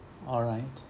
alright